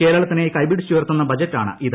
കേരളത്തിനെ കൈപിടിച്ചുയർത്തുന്ന ബജറ്റാണ് ഇത്